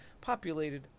populated